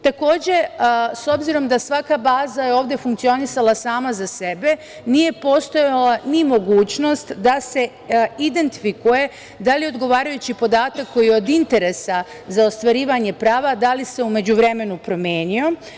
Takođe, s obzirom da je svaka baza ovde funkcionisala sama za sebe, nije postojala ni mogućnost da se identifikuje da li se odgovarajući podatak koji je od interesa za ostvarivanje prava u međuvremenu promenio.